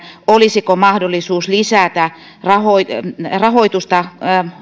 olisiko mahdollisuus lisätä rahoitusta rahoitusta